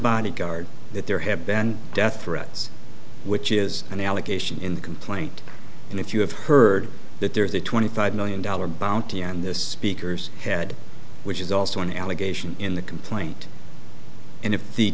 bodyguard that there have been death threats which is an allegation in the complaint and if you have heard that there is a twenty five million dollar bounty on this speaks head which is also an allegation in the complaint and if the